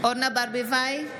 אורנה ברביבאי,